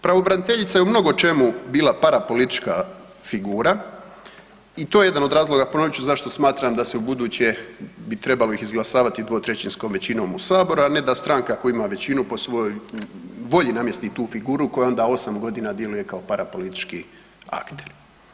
Pravobraniteljica je u mnogočemu bila parapolitička figura i to je jedan od razloga, ponovit ću, zašto smatram da se u buduće bi trebalo izglasavati dvotrećinskom većinom u Saboru, a ne da stranka koja ima većinu po svojoj volji namjesti tu figuru koja onda 8 godina djeluje kao parapolitički akter.